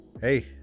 Hey